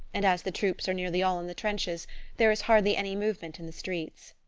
and as the troops are nearly all in the trenches there is hardly any movement in the streets.